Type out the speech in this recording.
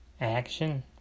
action